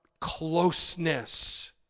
closeness